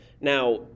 Now